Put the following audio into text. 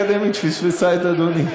איך הקריה האקדמית פספסה את אדוני?